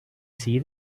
see